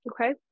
Okay